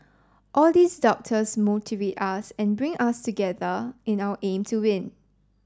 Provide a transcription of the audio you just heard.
all these doubters motivate us and bring us together in our aim to win